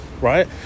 right